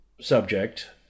subject